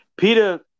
Peter